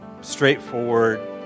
straightforward